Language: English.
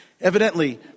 Evidently